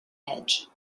edge